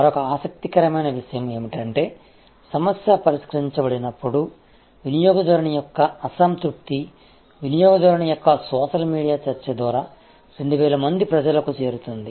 మరొక ఆసక్తికరమైన విషయం ఏమిటంటే సమస్య పరిష్కరించబడినప్పుడు వినియోగదారుని యొక్క అసంతృప్తి వినియోగదారుని యొక్క సోషల్ మీడియా చర్చ ద్వారా 2000 మంది ప్రజలకు చేరుతుంది